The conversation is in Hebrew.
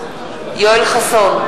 יואל חסון,